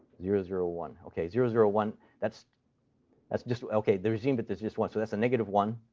zero, zero, one. ok. zero, zero, one. that's that's just ok. the regime bit that's just one. so that's a negative one.